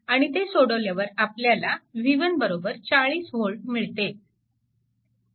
आणि ते सोडविल्यावर आपल्याला v1 40V मिळते